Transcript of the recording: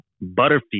Butterfield